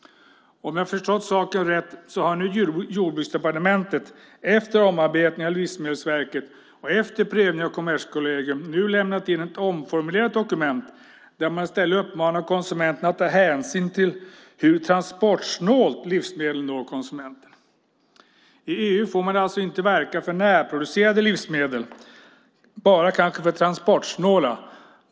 Om jag har förstått saken rätt har Jordbruksdepartementet efter omarbetning av Livsmedelsverket och efter prövning av Kommerskollegium nu lämnat in ett omformulerat dokument där man i stället uppmanar konsumenterna att ta hänsyn till hur transportsnålt livsmedlen når konsumenten. I EU får man alltså inte verka för närproducerade livsmedel utan kanske bara för transportsnåla.